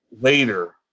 later